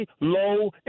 low